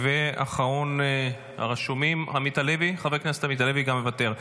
אחרון הרשומים, חבר הכנסת עמית הלוי, גם מוותר.